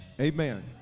Amen